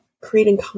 creating